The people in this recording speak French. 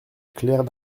claire